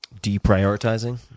Deprioritizing